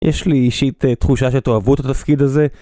יש לי אישית תחושה שתאהבו את התפקיד הזה.